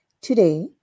Today